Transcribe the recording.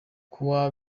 kuwa